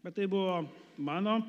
bet tai buvo mano